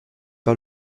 par